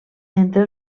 entre